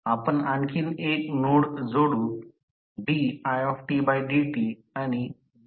आपण आणखी एक नोड जोडू didt आणि decdt